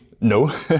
no